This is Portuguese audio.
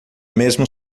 mesmo